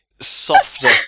softer